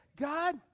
God